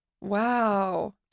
Wow